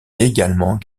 également